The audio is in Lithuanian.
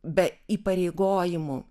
be įpareigojimų